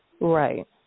Right